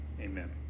amen